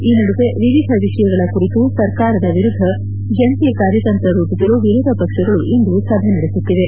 ಈ ನಡುವೆ ವಿವಿಧ ವಿಷಯಗಳ ಕುರಿತು ಸರ್ಕಾರದ ವಿರುದ್ದ ಜಂಟಿ ಕಾರ್ಯತಂತ್ರ ರೂಪಿಸಲು ವಿರೋಧ ಪಕ್ಷಗಳು ಇಂದು ಸಭೆ ನಡೆಸುತ್ತಿವೆ